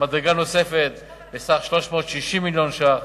מדרגה נוספת בסך 360 מיליון ש"ח.